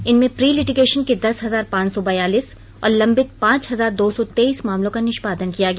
इनमें प्रीलिटिगेशन के दस हजार पांच सौ बयालीस और लंबित पांच हजार दो सौ तेईस मामलों का निष्पादन किया गया